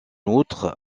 outre